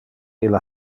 ille